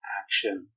action